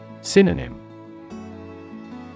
Synonym